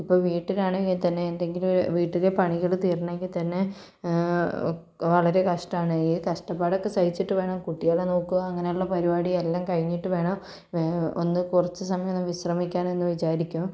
ഇപ്പോൾ വീട്ടിലാണെങ്കിൽ തന്നെ എന്തെങ്കിലും വീട്ടിലെ പണികള് തീരണമെങ്കിൽ തന്നെ വളരെ കഷ്ടമാണ് ഈ കഷ്ടാപ്പാടൊക്കെ സഹിച്ചിട്ട് വേണം കുട്ടികളെ നോക്കുക അങ്ങനെയുള്ള പരിപാടി എല്ലാം കഴിഞ്ഞിട്ട് വേണം ഒന്ന് കുറച്ചു സമയം ഒന്ന് വിശ്രമിക്കാൻ എന്ന് വിചാരിക്കും